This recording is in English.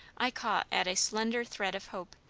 i caught at a slender thread of hope,